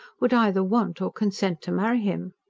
would either want or consent to marry him?